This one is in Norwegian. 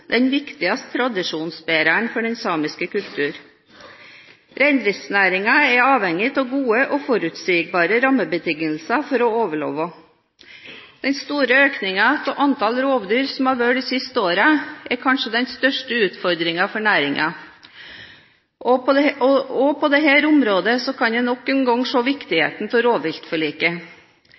den viktigste tradisjonsbæreren av den samiske kulturen. Reindriftsnæringen er avhengig av gode og forutsigbare rammebetingelser for å overleve. Den store økningen av antall rovdyr som har vært de siste årene, er kanskje den største utfordringen for næringen, og på dette området kan en nok en gang se viktigheten av rovviltforliket.